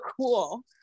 cool